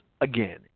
again